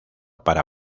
para